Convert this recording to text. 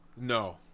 No